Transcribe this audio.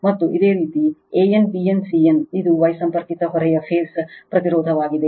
ಮತ್ತು ಇದು ಇದೇ ರೀತಿ AN BN CN ಇದು Y ಸಂಪರ್ಕಿತ ಹೊರೆಯ ಫೇಸ್ ಪ್ರತಿರೋಧವಾಗಿದೆ